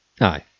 Aye